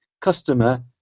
customer